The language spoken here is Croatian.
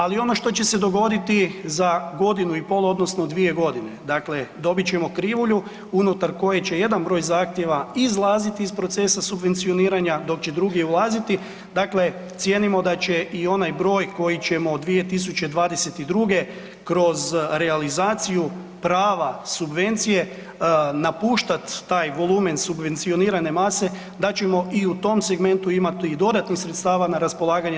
Ali ono što će se dogoditi za godinu i pol odnosno dvije godine, dakle dobit ćemo krivulju unutar koje će jedan broj zahtjeva izlaziti iz procesa subvencioniranja, dok će drugi ulaziti, dakle cijenimo da će i onaj broj koji ćemo od 2022. kroz realizaciju prava subvencije napuštat taj volumen subvencionirane mase da ćemo i u tom segmentu imati dodatnih sredstava na raspolaganje.